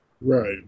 Right